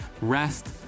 rest